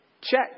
Check